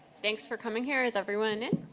thanks for coming here. is everyone in?